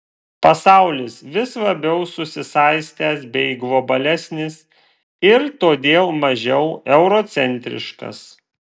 pasaulis vis labiau susisaistęs bei globalesnis ir todėl mažiau eurocentriškas